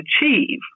achieve